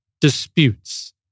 disputes